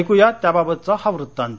ऐकूया त्याबाबतचा हा वृत्तांत